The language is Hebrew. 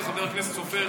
חבר הכנסת סופר,